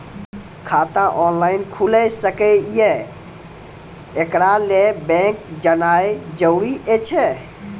खाता ऑनलाइन खूलि सकै यै? एकरा लेल बैंक जेनाय जरूरी एछि?